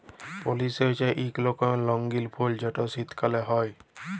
পেলসি হছে ইক ধরলের রঙ্গিল ফুল যেট শীতকাল হ্যয়